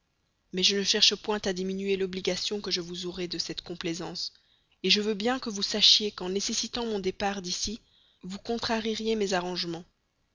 mais je ne cherche point à diminuer l'obligation que je vous aurai de cette complaisance je veux bien que vous sachiez qu'en nécessitant mon départ d'ici vous contrarieriez mes arrangements